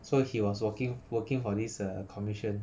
so he was working working for this uh commission